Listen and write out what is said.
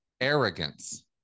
arrogance